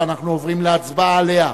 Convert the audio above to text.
ואנחנו עוברים להצבעה עליה.